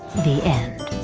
the end.